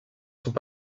sont